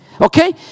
Okay